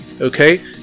okay